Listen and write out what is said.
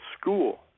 school